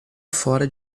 fora